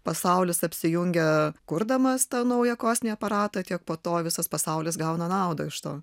pasaulis apsijungia kurdamas tą naują kosminį aparatą tiek po to visas pasaulis gauna naudą iš to